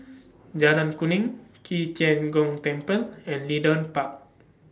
Jalan Kuning Qi Tian Gong Temple and Leedon Park